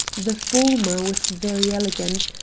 the former was very elegant,